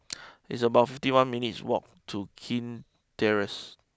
it's about fifty one minutes' walk to Kew Terrace